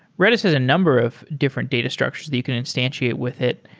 redis has a number of different data structures that you can instantiate with it.